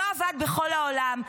לא עבד בכל העולם.